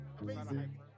Amazing